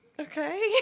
Okay